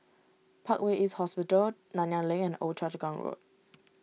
Parkway East Hospital Nanyang Link and Old Choa Chu Kang Road